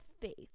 faith